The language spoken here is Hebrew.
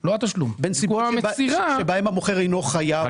לא התשלום בנסיבות שבהן המוכר אינו חייב.